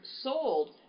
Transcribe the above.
sold